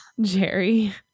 Jerry